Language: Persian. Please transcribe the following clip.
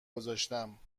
گذاشتم